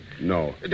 No